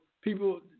people –